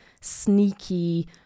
sneaky